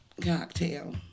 cocktail